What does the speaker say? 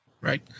Right